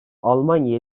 almanya